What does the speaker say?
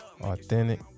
authentic